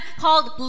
called